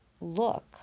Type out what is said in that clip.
look